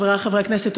חברי חברי הכנסת,